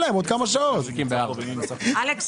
אלכס,